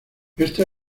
este